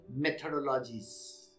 methodologies